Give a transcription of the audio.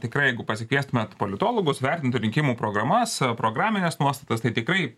tikrai jeigu pasikviestumėt politologus vertintų rinkimų programas programines nuostatas tai tikrai